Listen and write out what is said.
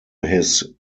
his